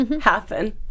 happen